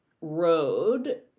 road